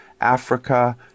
Africa